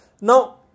Now